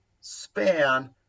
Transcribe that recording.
span